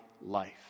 life